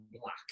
Black